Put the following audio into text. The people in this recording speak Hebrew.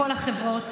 בכל החברות,